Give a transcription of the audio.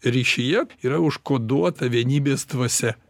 ryšyje yra užkoduota vienybės dvasia